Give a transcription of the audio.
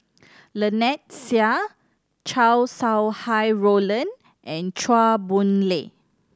Lynnette Seah Chow Sau Hai Roland and Chua Boon Lay